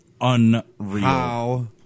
Unreal